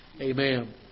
Amen